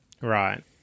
Right